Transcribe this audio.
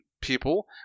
people